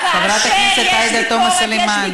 חברת הכנסת עאידה תומא סלימאן.